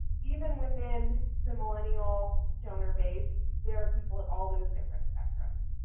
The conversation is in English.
even within the millennial donor base, there are people at all those different spectrums.